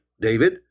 David